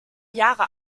jahre